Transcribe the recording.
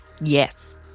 yes